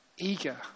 eager